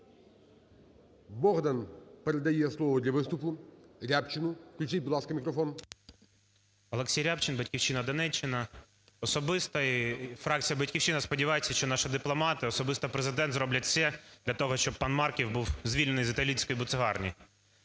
Богдан передає слово для виступу Рябчину. Включіть, будь ласка, мікрофон. 10:24:10 РЯБЧИН О.М. Олексій Рябчин, "Батьківщина", Донеччина. Особисто фракція "Батьківщина" сподівається, що наші дипломати, особисто Президент зроблять все для того, щоб пан Марків був звільнений з італійської буцегарні.